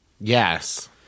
Yes